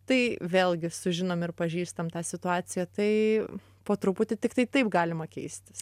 tai vėlgi sužinom ir pažįstam tą situaciją tai po truputį tiktai taip galima keistis